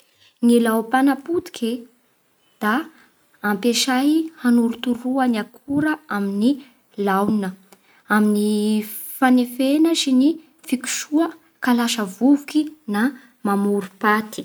Ny lao mpanapotiky e da ampiasay hanorotoroa ny akora amin'ny laogna amin'ny fanefena sy ny fikosoha ka lasa vovoky na mamoro paty.